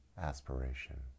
aspiration